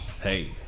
Hey